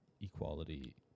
equality